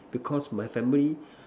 because my family